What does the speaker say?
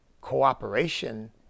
cooperation